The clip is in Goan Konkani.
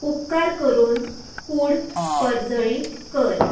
उपकार करून कूड परजळीत कर